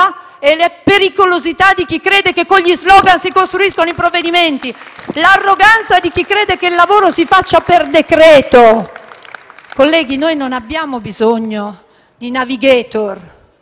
e la pericolosità di chi crede che con gli *slogan* si costruiscano i provvedimenti, l'arroganza di chi crede che il lavoro si faccia per decreto. *(Applausi dal Gruppo FI-BP)*. Colleghi, noi non abbiamo bisogno di *navigator*